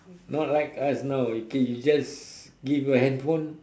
not like us now okay you just give a handphone